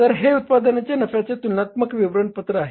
तर हे उत्पादनांच्या नफ्याचे तुलनात्मक विवरणपत्र आहे